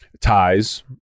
ties